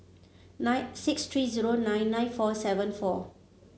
nine six three zero nine nine four seven four